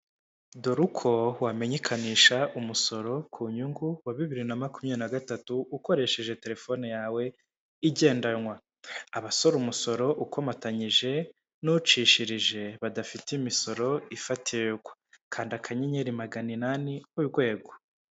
Dore uko wamenyekanisha umusoro ku nyungu wa bibiri na makumyabiri na gatatu, ukoresheje telefone yawe igendanwa. Abasora umusoro ukomatanyije n'ucishirije badafite imisoro ifatirwa, kanda akanyenyeri magana inani urwego.